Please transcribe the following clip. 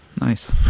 Nice